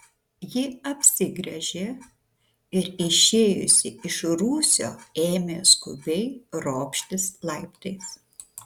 ji apsigręžė ir išėjusi iš rūsio ėmė skubiai ropštis laiptais